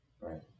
Right